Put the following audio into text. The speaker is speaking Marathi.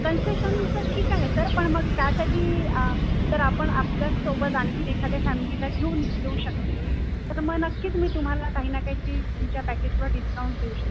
कन्सेशनचं ठीक आहे सर पण मग त्यासाठी सर आपण आपल्यासोबत आणखीन एखाद्या फॅमिलीला घेऊन येऊ शकली तर मग नक्कीच मी तुम्हाला काही ना काहीतरी तुमच्या पॅकेजवर डिस्काऊंट देऊ शकते